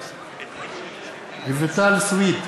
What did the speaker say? בעד רויטל סויד,